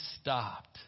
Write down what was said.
stopped